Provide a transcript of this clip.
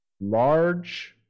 large